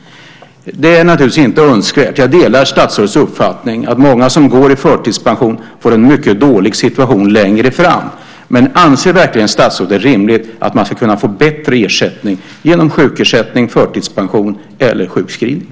Det är naturligtvis inte önskvärt. Jag delar statsrådets uppfattning att många som går i förtidspension får en mycket dålig situation längre fram. Men anser statsrådet verkligen att det är rimligt att man ska kunna få bättre ersättning genom sjukersättning, förtidspension, eller sjukskrivning?